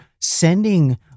sending